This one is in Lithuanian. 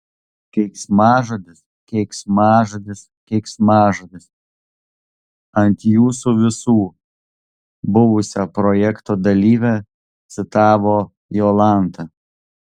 keiksmažodis keiksmažodis keiksmažodis ant jūsų visų buvusią projekto dalyvę citavo jolanta